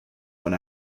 when